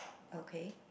okay